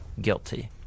guilty